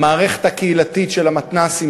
המערכת הקהילתית של המתנ"סים,